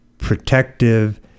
protective